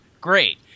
great